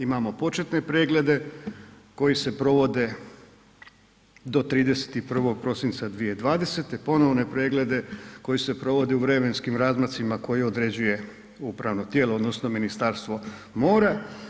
Imamo početne preglede koji se provode do 31. prosinca 2020., ponovne preglede koji se provode u vremenskim razmacima koji određuje upravno tijelo odnosno Ministarstvo mora.